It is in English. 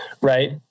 Right